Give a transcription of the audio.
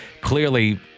clearly